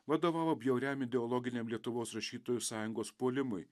vadovavo bjauriam ideologiniam lietuvos rašytojų sąjungos puolimui